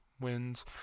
wins